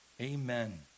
Amen